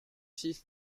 six